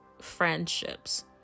friendships